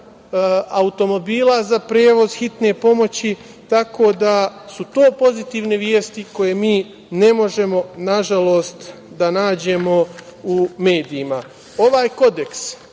automobila za prevoz hitne pomoći. To su pozitivne vesti koje mi ne možemo na žalost da nađemo u medijima. Ovaj kodeks